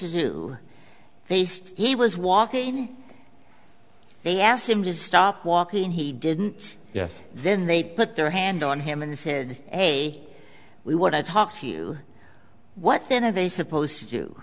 to do faced he was walking they asked him to stop walking he didn't yes then they put their hand on him and said hey we want to talk to you what then are they supposed to do